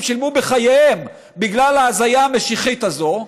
שילמו בחייהם בגלל ההזיה המשיחית הזאת,